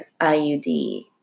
IUD